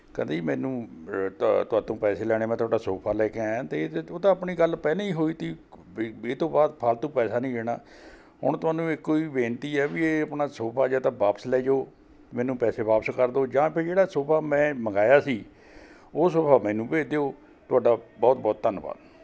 ਕਹਿੰਦਾ ਜੀ ਮੈਨੂੰ ਤ ਤੁਹਾਤੋਂ ਪੈਸੇ ਲੈਣੇ ਮੈਂ ਤੁਹਾਡਾ ਸੋਫਾ ਲੈ ਕੇ ਆਇਆ ਅਤੇ ਉਹ ਤਾਂ ਆਪਣੀ ਗੱਲ ਪਹਿਲਾਂ ਹੀ ਹੋਈ ਤੀ ਬੀ ਬੀ ਇਹ ਤੋਂ ਬਾਅਦ ਫਾਲਤੂ ਪੈਸਾ ਨਹੀਂ ਲੈਣਾ ਹੁਣ ਤੁਹਾਨੂੰ ਇੱਕੋ ਹੀ ਬੇਨਤੀ ਹੈ ਵੀ ਇਹ ਆਪਣਾ ਸੋਫਾ ਜਾਂ ਤਾਂ ਵਾਪਸ ਲੈ ਜੋ ਮੈਨੂੰ ਪੈਸੇ ਵਾਪਸ ਕਰ ਦਿਉ ਜਾਂ ਬਈ ਜਿਹੜਾ ਸੋਫਾ ਮੈਂ ਮੰਗਾਇਆ ਸੀ ਉਸ ਮੈਨੂੰ ਭੇਜ ਦਿਉ ਤੁਹਾਡਾ ਬਹੁਤ ਬਹੁਤ ਧੰਨਵਾਦ